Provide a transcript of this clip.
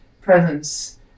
presence